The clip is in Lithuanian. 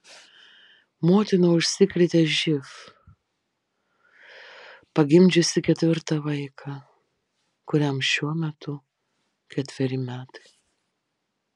motina užsikrėtė živ pagimdžiusi ketvirtą vaiką kuriam šiuo metu ketveri metai